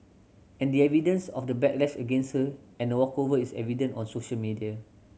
and the evidence of the backlash against sir and a walkover is evident on social media